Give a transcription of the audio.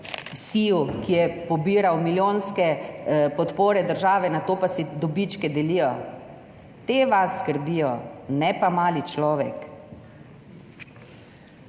je v SIJ pobiral milijonske podpore države, nato pa si delijo dobičke. Te vas skrbijo, ne pa mali človek.